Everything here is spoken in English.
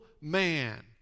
man